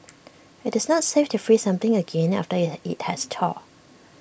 IT is not safe to freeze something again after IT it has thawed